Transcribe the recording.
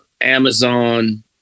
Amazon